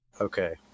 okay